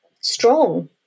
strong